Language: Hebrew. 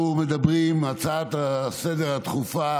ההצעה לסדר-היום הדחופה